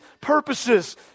purposes